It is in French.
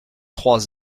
trois